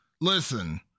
listen